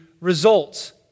results